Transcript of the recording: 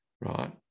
right